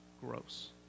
gross